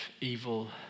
evil